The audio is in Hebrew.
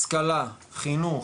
השכלה, חינוך,